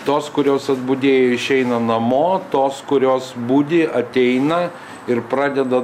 tos kurios atbudėjo išeina namo tos kurios budi ateina ir pradeda